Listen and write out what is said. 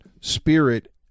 spirit